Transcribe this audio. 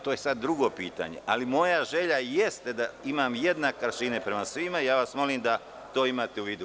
To je sada drugo pitanje, ali moja želja jeste da imam jednake aršine prema svima i molim vas da svi to imate u vidu.